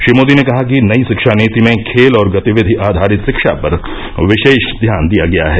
श्री मोदी ने कहा कि नई शिक्षा नीति में खेल और गतिविधि आधारित शिक्षा पर विशेष ध्यान दिया गया है